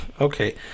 okay